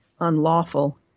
unlawful